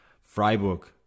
Freiburg